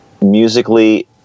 Musically